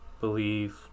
believe